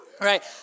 right